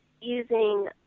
using